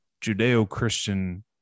Judeo-Christian